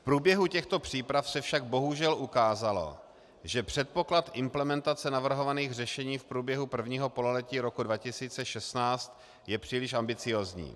V průběhu těchto příprav se však bohužel ukázalo, že předpoklad implementace navrhovaných řešení v průběhu prvního pololetí 2016 je příliš ambiciózní.